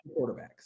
quarterbacks